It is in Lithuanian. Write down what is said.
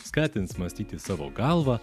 skatins mąstyti savo galva